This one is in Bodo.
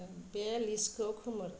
बे लिस्टखौ खोमोर